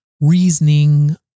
reasoning